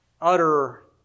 utter